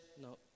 no